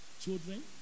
children